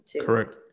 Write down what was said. correct